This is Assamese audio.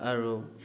আৰু